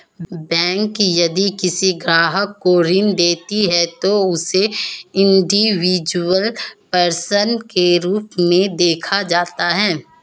bank यदि किसी ग्राहक को ऋण देती है तो उसे इंडिविजुअल पर्सन के रूप में देखा जाता है